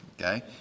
Okay